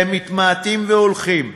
והם מתמעטים והולכים.